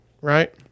right